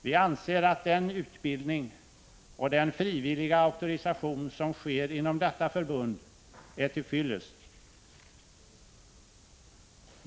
Vi anser att den utbildning och frivilliga auktorisation som sker inom detta förbund är till fyllest.